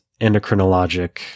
endocrinologic